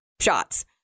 shots